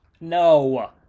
No